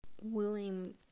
willing